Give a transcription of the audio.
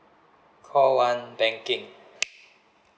call one bankng